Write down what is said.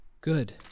Good